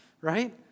right